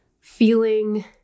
feeling